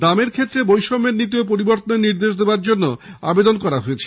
দামের ক্ষেত্রে বৈষম্যের নীতিও পরিবর্তনের নির্দেশ দেওয়ার আবেদন জানানো হয়েছে